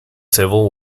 civil